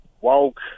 Woke